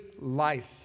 life